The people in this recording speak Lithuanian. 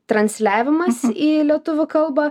transliavimas į lietuvių kalbą